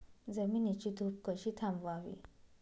जमिनीची धूप कशी थांबवावी?